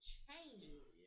changes